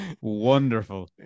Wonderful